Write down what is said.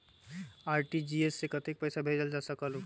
RTGS से कतेक पैसा भेजल जा सकहु???